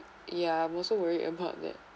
ya I'm also worried about that